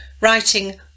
Writing